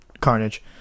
Carnage